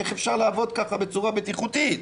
איך אפשר לעבוד ככה בצורה בטיחותית?